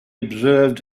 observed